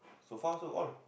sofa also old